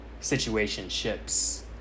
situationships